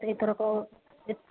ଏଇଥରକ ଯେ